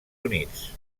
units